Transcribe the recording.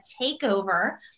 takeover